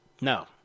No